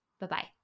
Bye-bye